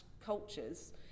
cultures